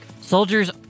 Soldiers